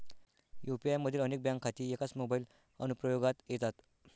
UPI मधील अनेक bank खाती एकाच मोबाइल अनुप्रयोगात येतात